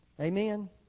Amen